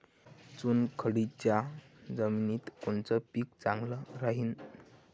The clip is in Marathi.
चुनखडीच्या जमिनीत कोनचं पीक चांगलं राहीन?